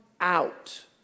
out